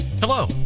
Hello